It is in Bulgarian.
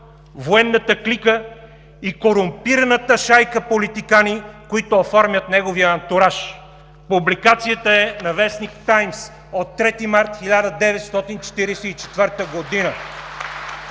военната клика и корумпираната шайка политикани, които оформят неговия антураж.“ Публикацията е на вестник „Таймс“ от 3 март 1944 г.